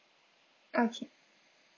okay